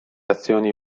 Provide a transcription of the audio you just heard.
azioni